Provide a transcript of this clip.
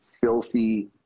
filthy